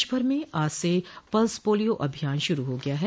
देशभर में आज से पल्स पोलियो अभियान शुरू हो गया है